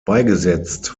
beigesetzt